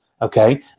okay